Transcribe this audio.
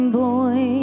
boy